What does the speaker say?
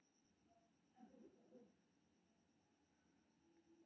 विपो के गठन रचनात्मक गतिविधि आ बौद्धिक संपदा संरक्षण के बढ़ावा दै खातिर कैल गेल रहै